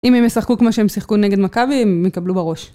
אם הם ישחקו כמו שהם שיחקו נגד מכבי, הם יקבלו בראש.